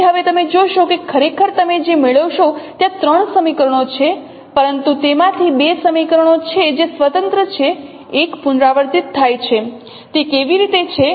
તેથી હવે તમે જોશો કે ખરેખર તમે જે મેળવશો ત્યાં ત્રણ સમીકરણો છે પરંતુ તેમાંથી બે સમીકરણો છે જે સ્વતંત્ર છે એક પુનરાવર્તિત થાય છે તે કેવી રીતે છે